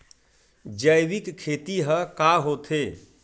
जैविक खेती ह का होथे?